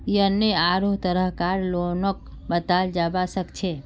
यन्ने आढ़ो तरह कार लोनक बताल जाबा सखछे